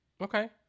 okay